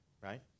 right